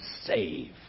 save